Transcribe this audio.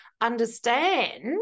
understand